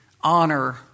honor